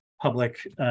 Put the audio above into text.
public